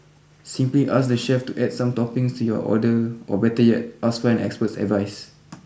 simply ask the chef to add some toppings to your order or better yet ask for an expert's advice